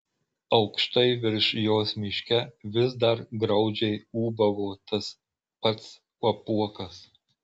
aukštai virš jos miške vis dar graudžiai ūbavo tas pats apuokas